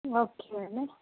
okay అండి